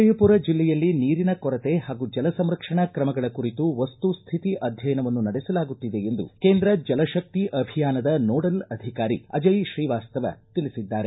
ವಿಜಯಪುರ ಜಿಲ್ಲೆಯಲ್ಲಿ ನೀರಿನ ಕೊರತೆ ಹಾಗೂ ಜಲ ಸಂರಕ್ಷಣಾ ತ್ರಮಗಳ ಕುರಿತು ವಸ್ತುಸ್ತಿತಿ ಅಧ್ಯಯನವನ್ನು ನಡೆಸಲಾಗುತ್ತಿದೆ ಎಂದು ಕೇಂದ್ರ ಜಲಕಕ್ತಿ ಅಭಿಯಾನದ ನೋಡಲ್ ಅಧಿಕಾರಿ ಅಜಯ ಶ್ರೀವಾಸ್ತವ್ ತಿಳಿಸಿದ್ದಾರೆ